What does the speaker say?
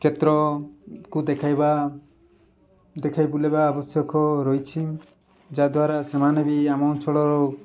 କ୍ଷେତ୍ରକୁ ଦେଖାଇବା ଦେଖାଇ ବୁଲିବା ଆବଶ୍ୟକ ରହିଛି ଯାହା ଦ୍ୱାରା ସେମାନେ ବି ଆମ ଅଞ୍ଚଳର